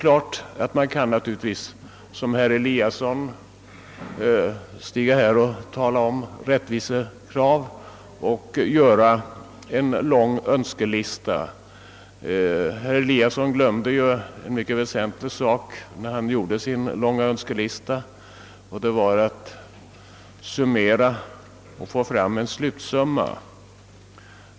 Naturligtvis kan man som herr Eliasson i Sundborn tala om rättvisekraven, men när herr Eliasson gjorde upp sin långa önskelista glömde han en väsentlig sak, nämligen att addera ned en slutsumma.